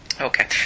Okay